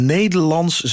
Nederlands